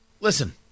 Listen